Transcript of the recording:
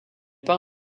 pas